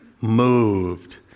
moved